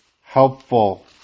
helpful